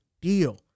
deal